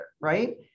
right